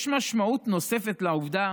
יש משמעות נוספת לעובדה